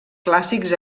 clàssics